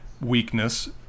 weakness